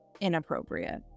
inappropriate